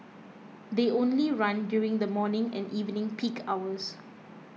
they only run during the morning and evening peak hours